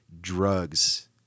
drugs